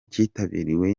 kitabiriwe